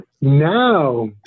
now